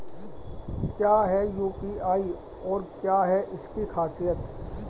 क्या है यू.पी.आई और क्या है इसकी खासियत?